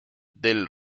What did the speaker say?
del